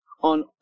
on